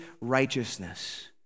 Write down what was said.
righteousness